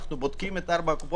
אנחנו בודקים את 4 הקופות,